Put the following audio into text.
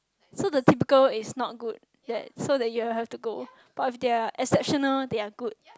so the typical is not good that so that you have to go but if they're exceptional they are good